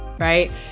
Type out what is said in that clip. right